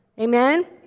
Amen